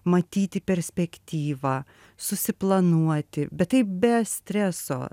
matyti perspektyvą susiplanuoti bet taip be streso